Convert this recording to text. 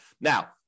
Now